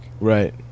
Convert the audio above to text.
Right